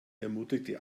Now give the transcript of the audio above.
ermutigte